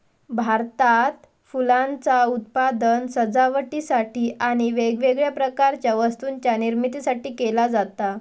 भारतात फुलांचा उत्पादन सजावटीसाठी आणि वेगवेगळ्या प्रकारच्या वस्तूंच्या निर्मितीसाठी केला जाता